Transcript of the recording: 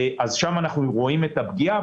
שם אנחנו רואים את הפגיעה,